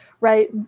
right